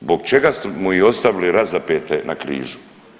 Zbog čega smo ih ostavili razapete na križu?